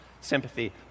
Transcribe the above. sympathy